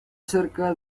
cerca